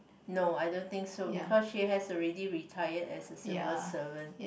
no I don't think so because she has already retired as a civil servant